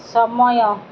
ସମୟ